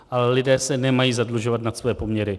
Ale lidé se nemají zadlužovat nad svoje poměry.